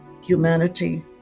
humanity